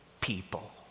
people